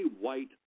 white